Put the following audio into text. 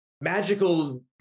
magical